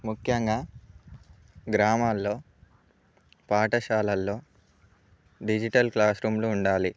ముఖ్యంగా గ్రామాల్లో పాఠశాలల్లో డిజిటల్ క్లాస్ రూమ్లు ఉండాలి